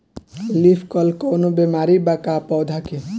Leaf curl कौनो बीमारी बा का पौधा के?